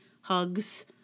hugs